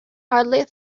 hardly